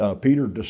Peter